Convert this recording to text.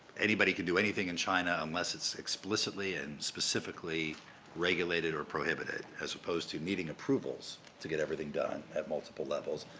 anybody can do anything in china unless it's explicitly and specifically regulated or prohibited, as opposed to meeting approvals to getting everything done at multiple levels.